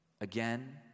again